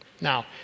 Now